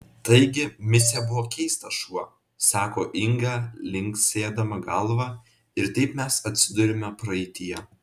taigi micė buvo keistas šuo sako inga linksėdama galva ir taip mes atsiduriame praeityje